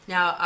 Now